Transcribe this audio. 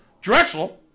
Drexel